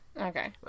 Okay